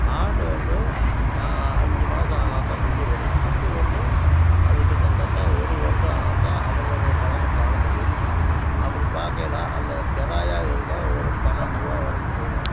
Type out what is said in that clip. ஆடு வந்துன அஞ்சு மாதம் ஆனால் தான் குட்டி போடும் குட்டி போட்டு அது கிட்டத்தட்ட ஒரு வருடம் ஆனாத்தான் அதனுடைய பலனை காண முடியும் அப்படி பார்க்கையில அந்த கிடாயா இருந்தால் ஒரு பன்னெண்டு ருபா வரைக்கும் போகும்